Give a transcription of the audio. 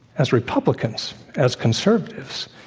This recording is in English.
as republicans, as conservatives,